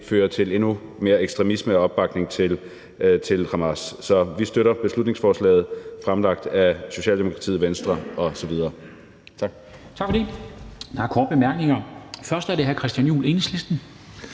fører til endnu mere ekstremisme og opbakning til Hamas. Så vi støtter vedtagelsesteksten fremsat af Socialdemokratiet, Venstre osv.